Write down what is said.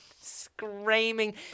screaming